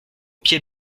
pied